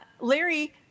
Larry